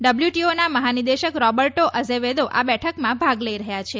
ડબલ્યુટીઓના મહાનિદેશક Roberto Azevedo આ બેઠકમાં ભાગ લઈ રહ્યા છે